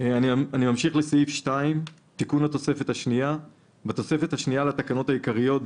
"תיקון התוספת השנייה 2. בתוספת השנייה לתקנות העיקריות,